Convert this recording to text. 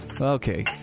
Okay